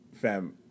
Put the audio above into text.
fam